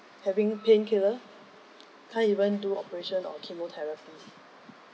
having painkiller can't even do operation or chemotherapy